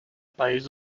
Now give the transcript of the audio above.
país